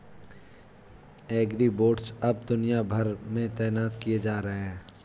agribots अब दुनिया भर में तैनात किए जा रहे हैं